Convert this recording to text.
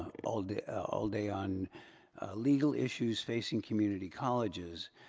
all day ah all day on legal issues facing community colleges.